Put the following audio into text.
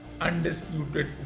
Undisputed